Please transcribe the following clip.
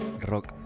rock